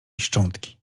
szczątki